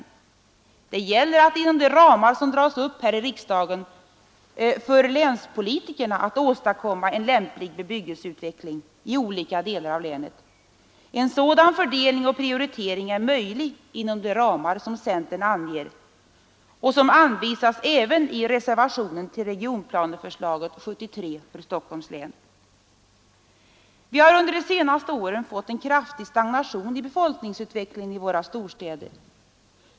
Det gäller för länspolitikerna att inom de ramar som dras upp här i riksdagen åstadkomma en lämplig bebyggelseutveckling i olika delar av länet. En sådan fördelning och prioritering är möjlig inom de ramar som centern anger och som anvisas även i reservationen till regionplaneförslaget 1973 för Stockholms län. Vi har under de senaste två åren fått en kraftig stagnation i befolkningsutvecklingen i våra storstäder.